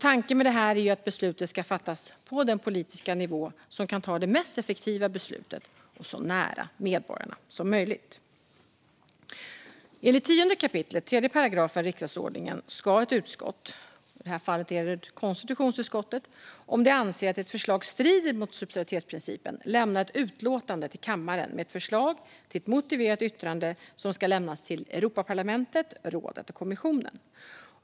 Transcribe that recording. Tanken med detta är att beslutet ska fattas på den politiska nivå där man kan ta det mest effektiva beslutet och så nära medborgarna som möjligt. Enligt 10 kap. 3 § riksdagsordningen ska ett utskott - i det här fallet konstitutionsutskottet - om det anser att ett förslag strider mot subsidiaritetsprincipen lämna ett utlåtande till kammaren med ett förslag till ett motiverat yttrande som ska lämnas till Europaparlamentet, rådet och kommissionen.